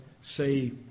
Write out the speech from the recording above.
say